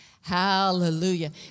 Hallelujah